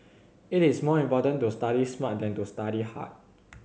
it is more important to study smart than to study hard